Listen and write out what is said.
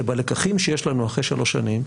שבלקחים שיש לנו אחרי שלוש שנים,